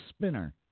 spinner